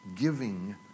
giving